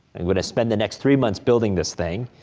and would i spend the next three months building this thing,